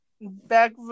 back